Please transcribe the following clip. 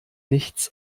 nichts